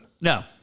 No